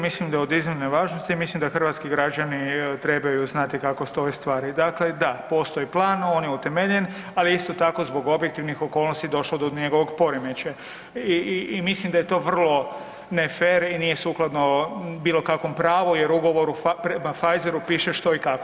Mislim da je od iznimne važnosti i mislim da hrvatski građani trebaju znati kako stoje stvari, dakle da, postoji plan, on je utemeljen, ali isto tako, zbog objektivnih okolnosti došlo do njegovog poremećaja i mislim da je to vrlo ne fer i nije sukladno bilo kakvom pravu jer u ugovoru prema Pfizeru piše što i kako.